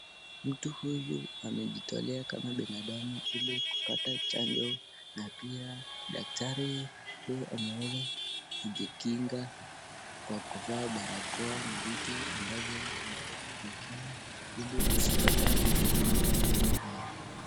Mtu huyu amejitolea kama binadamu ili kupata chanjo na pia daktari huyu ameweza kujikinga kwa kuvaa barakoa na vitu ambazo zinaweza kujikinga ili kusipata magonjwa haya.